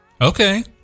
Okay